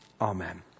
Amen